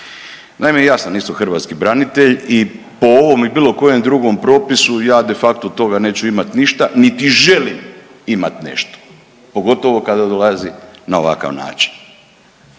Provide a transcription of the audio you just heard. Naime, ja sam isto hrvatski branitelj i po ovom i bilo kojem drugom propisu ja de facto od toga neću imati ništa, niti želim imati nešto pogotovo kada dolazi na ovakav način.